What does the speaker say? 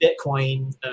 Bitcoin